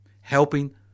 helping